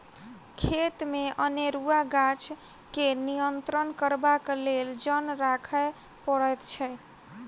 खेतमे अनेरूआ गाछ के नियंत्रण करबाक लेल जन राखय पड़ैत छै